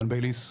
רן בייליס,